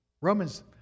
Romans